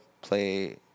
play